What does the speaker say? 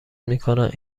میکنند